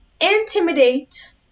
intimidate